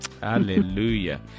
hallelujah